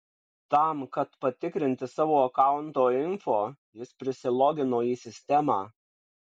tam kad patikrinti savo akaunto info jis prisilogino į sistemą